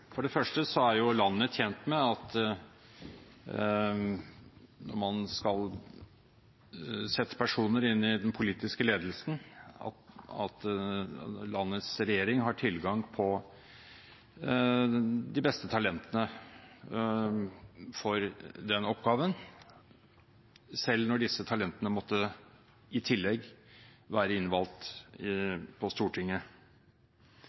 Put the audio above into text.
For det første er landet tjent med at man setter personer inn i den politiske ledelsen, at landets regjering har tilgang på de beste talentene for oppgaven, selv når disse talentene i tillegg måtte være innvalgt